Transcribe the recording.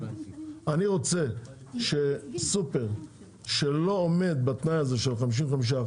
אני רוצה שסופר שלא עומד בתנאי הזה של 55%,